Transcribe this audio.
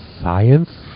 Science